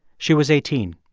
she was eighteen.